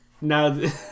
Now